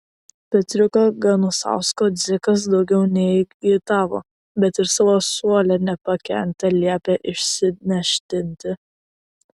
petriuko ganusausko dzikas daugiau neagitavo bet ir savo suole nepakentė liepė išsinešdinti